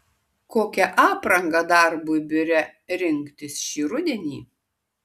kokią aprangą darbui biure rinktis šį rudenį